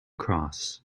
cross